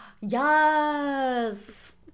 Yes